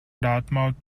dartmouth